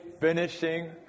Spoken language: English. finishing